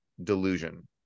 delusion